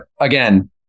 again